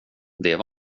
det